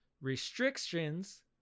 restrictions